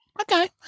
Okay